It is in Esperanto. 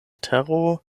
tero